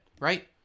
Right